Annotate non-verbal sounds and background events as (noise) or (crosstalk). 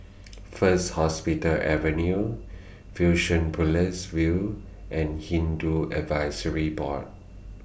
(noise) First Hospital Avenue (unintelligible) View and Hindu Advisory Board